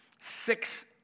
six